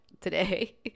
today